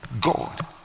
God